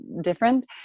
different